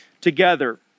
together